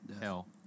Hell